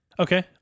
Okay